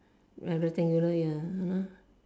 ya rectangular ya ah